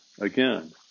again